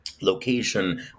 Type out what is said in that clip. location